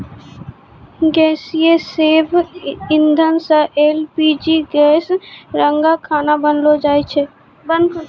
गैसीय जैव इंधन सँ एल.पी.जी गैस रंका खाना बनैलो जाय छै?